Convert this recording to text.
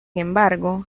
embargo